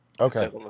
Okay